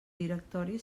directori